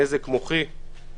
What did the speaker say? נזק מוחי.